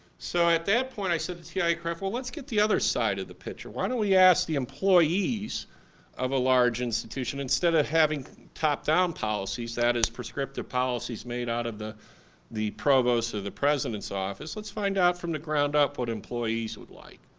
so at that point i said to tiaa-cref, well let's get the other side of the picture, why don't we ask the employees of a large institution instead of having top-down policies, that is prescriptive policies made out of the the provost or the president's office, let's find out from the ground up what employees would like.